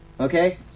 Okay